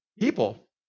People